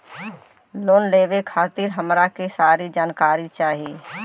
Loan लेवे खातीर हमरा के सारी जानकारी चाही?